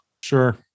sure